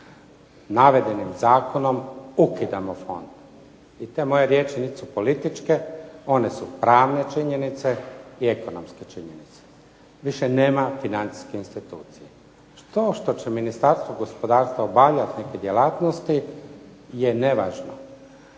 Navedenim zakonom ukidamo fond. I te moje riječi nisu političke, one su pravne činjenice i ekonomske činjenice. Više nema financijske institucije. To što će Ministarstvo gospodarstva obavljati neke djelatnosti je nevažno.